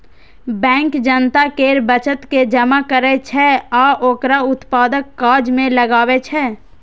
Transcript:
bank जनता केर बचत के जमा करै छै आ ओकरा उत्पादक काज मे लगबै छै